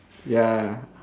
ya